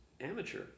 amateur